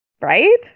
right